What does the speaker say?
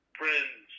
friends